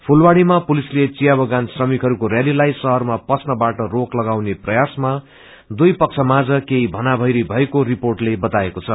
फूलबाड़ीमा पुसिले चिया बगान श्रमिकहरूको रैलीलाई शङरमा पस्न बाट रोक लागाउने प्रयासमा दुई पक्षमाझ केही भनावैरी भएको रिपोअले बताएको छ